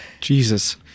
Jesus